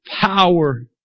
power